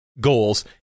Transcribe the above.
goals